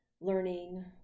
learning